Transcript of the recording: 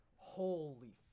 Holy